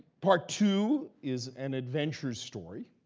part two is an adventure story.